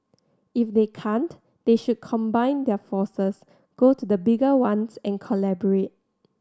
if they can't they should combine their forces go to the bigger ones and collaborate